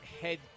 head